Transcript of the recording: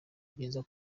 byiza